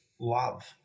love